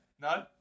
No